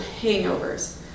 hangovers